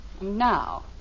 Now